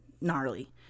gnarly